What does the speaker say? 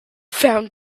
found